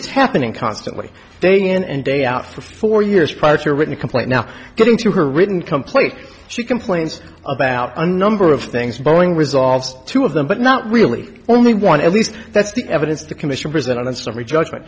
it's happening constantly day in and day out for four years prior to your written complaint now getting to her written complaint she complains about a number of things going resolves two of them but not really only one at least that's the evidence the commission presented in summary judgment